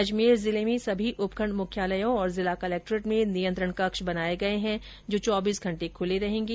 अजमेर जिले में भी सभी उपखंड मुख्यालयों और जिला कर्लेक्ट्रेट में नियंत्रण कक्ष बनाये गये हैं जो चौबीस घंटे खुले रहेंगे